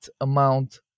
amount